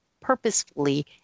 purposefully